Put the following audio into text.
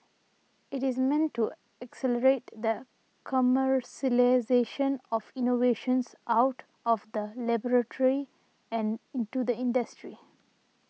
it is meant to accelerate the commercialisation of innovations out of the laboratory and into the industry